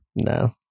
No